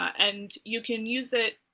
and you can use it